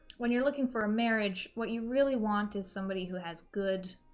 when you're looking for a marriage what you really want is somebody who has good